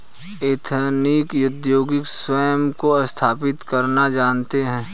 ethnic उद्योगी स्वयं को स्थापित करना जानते हैं